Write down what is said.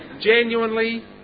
genuinely